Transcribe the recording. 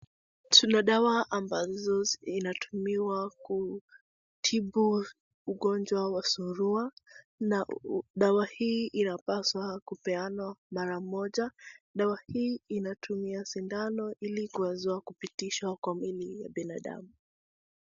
Tuna dawa ambazo zinatumiwa kutibu ugonjwa wa surua, na dawa hii inapaswa kupeana mara moja. Dawa hii inatumia sindano ili kuwezwa kupitishwa kwa mwili wa binadamu,